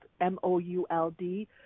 M-O-U-L-D